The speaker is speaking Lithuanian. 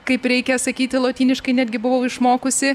kaip reikia sakyti lotyniškai netgi buvau išmokusi